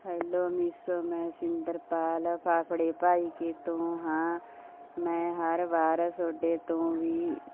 hello ਮੀਸੋ ਮੈਂ ਛਿੰਦਰਪਾਲ ਫਾਫਡੇ ਭਾਈਕੇ ਤੋਂ ਹਾਂ ਮੈ ਹਰ ਵਾਰ ਤੁਹਾਡੇ ਤੋਂ ਹੀ